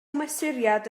mesuriad